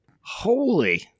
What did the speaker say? holy